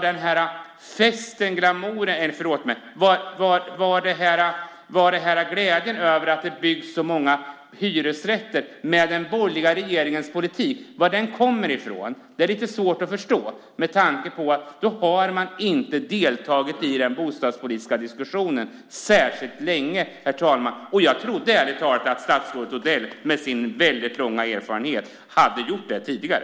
Det är lite svårt att förstå varifrån glädjen kommer över att det byggs så många hyresrätter tack vare den borgerliga regeringens politik, detta med tanke på att man inte deltagit i den bostadspolitiska diskussionen särskilt länge. Jag trodde, ärligt talat, att statsrådet Odell med sin långa erfarenhet hade gjort det tidigare.